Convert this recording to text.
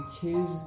choose